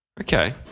Okay